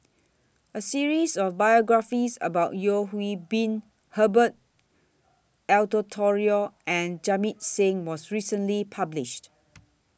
A series of biographies about Yeo Hwee Bin Herbert Eleuterio and Jamit Singh was recently published